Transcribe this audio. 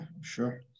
sure